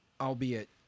albeit